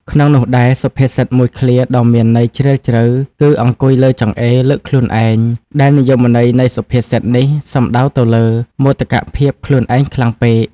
ក្នុងនោះដែរ សុភាសិតមួយឃ្លាដ៏មានន័យជ្រាលជ្រៅគឺ អង្គុយលើចង្អេរ លើកខ្លួនឯង ដែលនិយមន័យនៃសុភាសិតនេះសំដៅទៅលើ មោទកភាពខ្លួនឯងខ្លាំងពេក ។